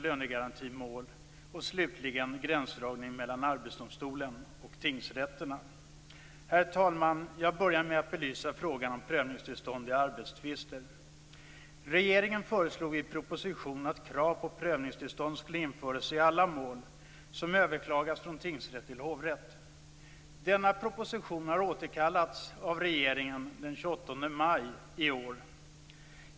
Jag börjar med att belysa frågan om prövningstillstånd i arbetstvister. Regeringen föreslog i proposition att krav på prövningstillstånd skulle införas i alla mål som överklagas från tingsrätt till hovrätt. Denna proposition har återkallats av regeringen den 28 maj i år.